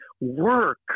work